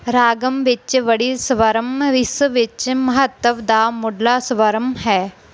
ਰਾਗਮ ਵਿੱਚ ਵੜੀ ਸਵਰਮ ਇਸ ਵਿੱਚ ਮਹੱਤਵ ਦਾ ਮੁੱਢਲਾ ਸਵਰਮ ਹੈ